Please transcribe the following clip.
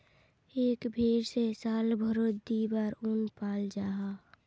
एक भेर से साल भारोत दी बार उन पाल जाहा